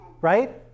right